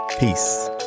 Peace